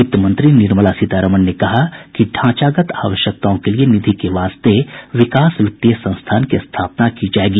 वित्त मंत्री निर्मला सीतारमन ने कहा कि ढ़ांचागत आवश्यकताओं के लिए निधि के वास्ते विकास वित्तीय संस्थान की स्थापना की जायेगी